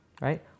right